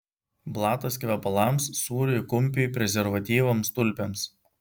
blatas kvepalams sūriui kumpiui prezervatyvams tulpėms